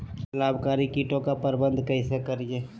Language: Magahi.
लाभकारी कीटों के प्रबंधन कैसे करीये?